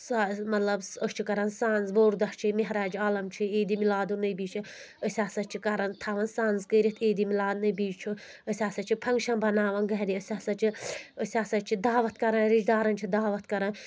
سہ مطلب أسۍ چھِ کران سَنٛز بوٚڑ دۄہ چھِ مہراج عالم چھِ عیٖد مِلاد نٔبی چھِ أسۍ ہسا چھِ کران تھاوان سَنٛز کٔرِتھ عیدِ مِلاد نٔبی چھُ أسۍ ہسا چھِ پھَنٛگشن بناوَان گرِ أسۍ ہسا چھِ أسۍ ہسا چھِ دعوت کران رِشتہٕ دارن چھِ دعوت کران